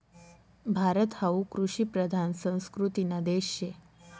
भारत हावू कृषिप्रधान संस्कृतीना देश शे